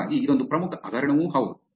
ಹಾಗಾಗಿ ಇದೊಂದು ಪ್ರಮುಖ ಹಗರಣವೂ ಹೌದು